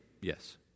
Yes